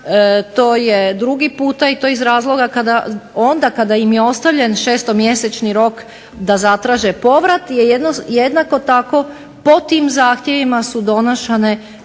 to je drugi puta i to iz razloga onda kada im je ostavljen šestomjesečni rok da zatraže povrat jednako tako po tim zahtjevima su donašane